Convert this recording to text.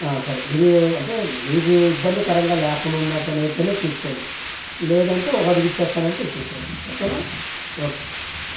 సరే మీరు అంటే మీకు ఇబ్బందికరంగా లేకుండా ఉన్నపనైతే చూసుకోండి లేదంటే ఒకడుగు ఇచ్చి వస్తాను అంటే ఇచ్చేసేయండి ఓకేనా ఓకే